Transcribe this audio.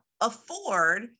afford